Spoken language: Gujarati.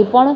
એ પણ